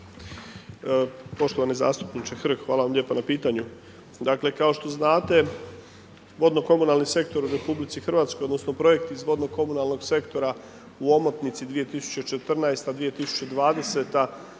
Poštovani zastupniče hvala lijepo na pitanju. Dakle, kao što znate, odjel komunalni sektor u RH, odnosno, projekt iz vodno komunalnog sektora, u omotnici 2014.-20120.